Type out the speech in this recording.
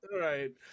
Right